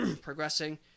progressing